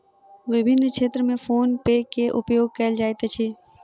विभिन्न क्षेत्र में फ़ोन पे के उपयोग कयल जाइत अछि